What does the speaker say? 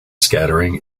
scattering